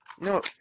No